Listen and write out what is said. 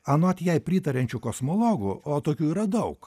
anot jai pritariančių kosmologų o tokių yra daug